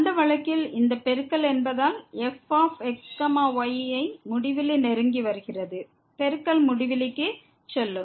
அந்த வழக்கில் இந்த பெருக்கல் என்பதால் எஃப் fx y ஐ முடிவிலி நெருங்கி வருகிறது பெருக்கல் முடிவிலிக்கு செல்லும்